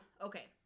okay